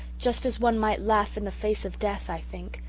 just as one might laugh in the face of death, i think,